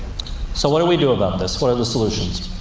so, what do we do about this? what are the solutions?